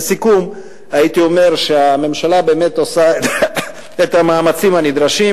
לסיכום הייתי אומר שהממשלה באמת עושה את המאמצים הנדרשים,